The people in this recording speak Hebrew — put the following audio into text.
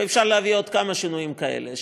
ואפשר להביא עוד כמה שינויים כאלה,